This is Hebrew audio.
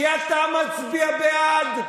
כי אתה מצביע בעד,